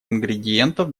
ингредиентов